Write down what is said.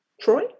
Troy